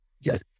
Yes